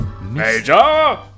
Major